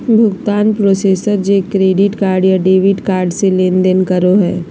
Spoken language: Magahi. भुगतान प्रोसेसर जे क्रेडिट कार्ड या डेबिट कार्ड से लेनदेन करो हइ